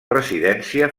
residència